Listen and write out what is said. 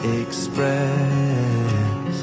express